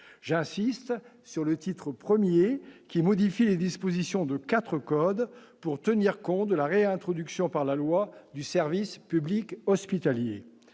j'insiste sur le titre 1er qui modifie les dispositions de 4 codes pour tenir compte de la réintroduction par la loi du service public hospitalier